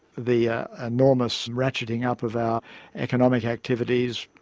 the enormous ratcheting up of our economic activities,